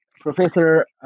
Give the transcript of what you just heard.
Professor